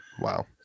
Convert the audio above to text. Wow